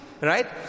right